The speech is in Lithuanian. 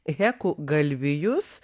hekų galvijus